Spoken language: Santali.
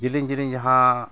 ᱡᱤᱞᱤᱧ ᱡᱤᱞᱤᱧ ᱡᱟᱦᱟᱸ